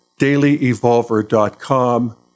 dailyevolver.com